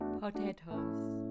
Potatoes